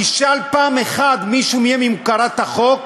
תשאל פעם אחת מישהו מהם אם הוא קרא את החוק,